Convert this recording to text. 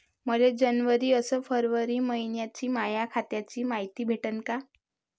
मले जनवरी अस फरवरी मइन्याची माया खात्याची मायती भेटन का?